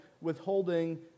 withholding